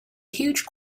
huge